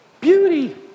Beauty